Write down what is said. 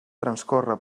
transcorre